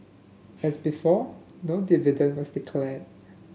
as before no dividend was declared